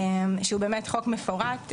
שהוא באמת חוק מפורט,